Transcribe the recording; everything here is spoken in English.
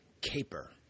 caper